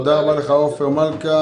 תודה רבה לך, עופר מלכה.